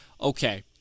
Okay